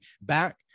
back